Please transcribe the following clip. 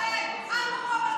המועמדים,